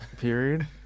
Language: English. period